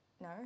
no